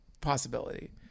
possibility